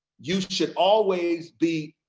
you should always be